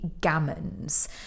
gammons